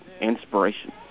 Inspiration